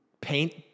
paint